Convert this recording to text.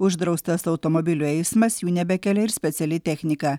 uždraustas automobilių eisma jų nebekelia ir speciali technika